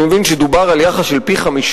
אני מבין שדובר על יחס של פי-50,